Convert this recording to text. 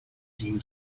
dean